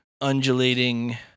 undulating